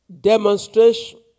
demonstration